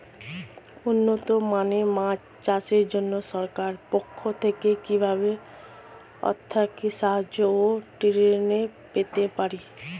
উন্নত মানের মাছ চাষের জন্য সরকার পক্ষ থেকে কিভাবে আর্থিক সাহায্য ও ট্রেনিং পেতে পারি?